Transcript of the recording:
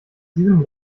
diesem